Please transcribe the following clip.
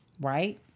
Right